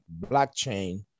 blockchain